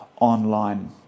online